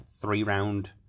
three-round